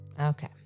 Okay